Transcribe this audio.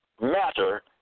matter